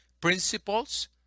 principles